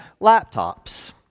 laptops